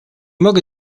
mogę